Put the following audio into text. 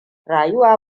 rayuwa